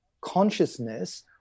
consciousness